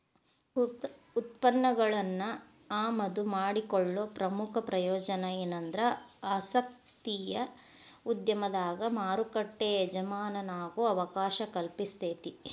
ಉತ್ಪನ್ನಗಳನ್ನ ಆಮದು ಮಾಡಿಕೊಳ್ಳೊ ಪ್ರಮುಖ ಪ್ರಯೋಜನ ಎನಂದ್ರ ಆಸಕ್ತಿಯ ಉದ್ಯಮದಾಗ ಮಾರುಕಟ್ಟಿ ಎಜಮಾನಾಗೊ ಅವಕಾಶ ಕಲ್ಪಿಸ್ತೆತಿ